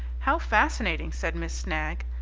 how fascinating! said miss snagg.